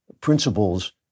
principles